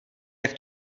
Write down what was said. jak